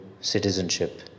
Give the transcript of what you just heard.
citizenship